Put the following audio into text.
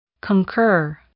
Concur